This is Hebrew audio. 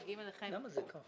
למה זה ככה?